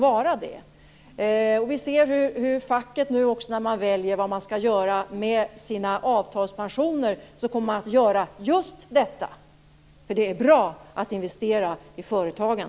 Vi ser att facket när man väljer hur man skall göra med sina avtalspensioner kommer att göra just detta, eftersom det är bra att investera i företagen.